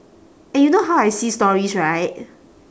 eh you know how I see stories right